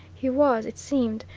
he was, it seemed,